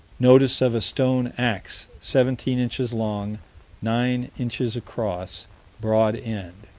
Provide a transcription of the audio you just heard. notice of a stone ax, seventeen inches long nine inches across broad end.